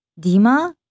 Dima